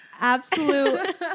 absolute